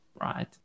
Right